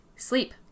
sleep